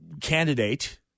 candidate